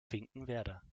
finkenwerder